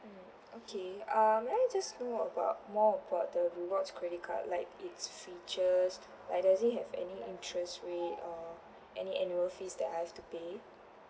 mm okay uh may I just know about more about the rewards credit card like its features like does it have any interest rate or any annual fees that I have to pay